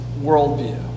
worldview